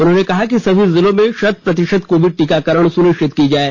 उन्होंने कहा कि सभी जिलों में शत प्रतिशत कोविड टीकाकरण सुनिश्चित किया जाये